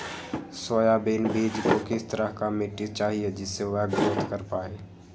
Soybean बीज को किस तरह का मिट्टी चाहिए जिससे वह ग्रोथ कर पाए?